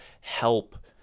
help